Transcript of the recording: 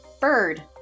Bird